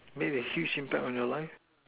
made a huge impact on your life